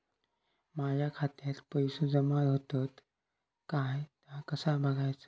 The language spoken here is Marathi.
माझ्या खात्यात पैसो जमा होतत काय ता कसा बगायचा?